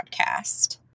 podcast